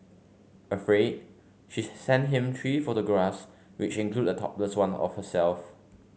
afraid she sent him three photographs which included a topless one of herself